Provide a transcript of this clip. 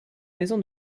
maison